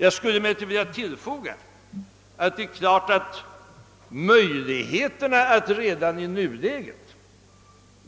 Jag skulle emellertid vilja tillfoga att möjligheterna,